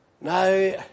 Now